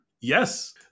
Yes